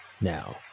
Now